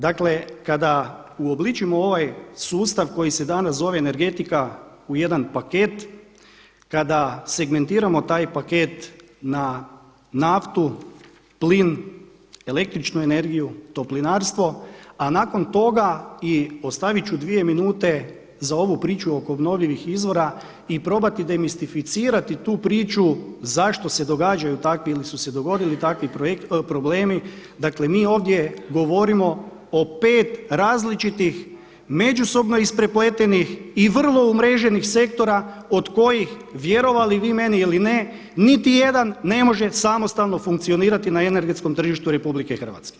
Dakle kada uobličimo ovaj sustav koji se danas zove energetika u jedan paket, kada segmentiramo taj paket na naftu, plin, električnu energiju, Toplinarstvo, a nakon toga i ostavit ću dvije minute za ovu priču oko obnovljivih izvora i probati demistificirati tu priču zašto se događaju takvi ili su se dogodili takvi problemi, dakle mi ovdje govorimo o pet različitih međusobno isprepletenih i vrlo umreženih sektora od kojih vjerovali vi meni ili ne, niti jedan ne može samostalno funkcionirati na energetskom tržištu RH.